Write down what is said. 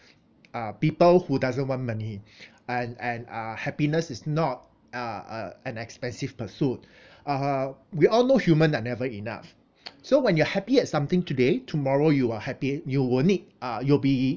uh people who doesn't want money and and uh happiness is not uh a an expensive pursuit uh we all know human are never enough so when you are happy at something today tomorrow you are happy you will need uh you'll be